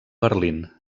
berlín